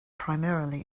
primarily